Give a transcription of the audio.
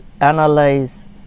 analyze